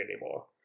anymore